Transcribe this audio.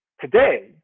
Today